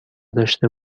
داشته